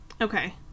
okay